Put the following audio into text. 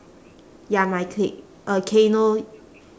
ya my clique uh kayno